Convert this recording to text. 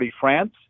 France